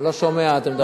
לא שומע, אתם מדברים ביחד.